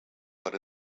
but